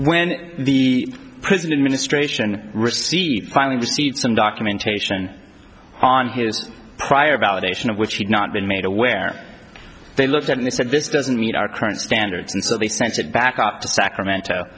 when the president ministration received finally received some documentation on his prior validation of which he'd not been made aware they looked at and they said this doesn't meet our current standards and so they sent it back up to sacramento